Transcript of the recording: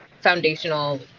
foundational